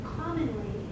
commonly